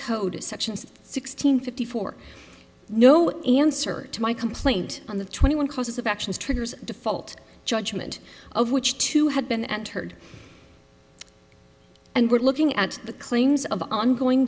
code sections sixteen fifty four no answer to my complaint on the twenty one causes of actions triggers a default judgment of which to have been entered and we're looking at the claims of ongoing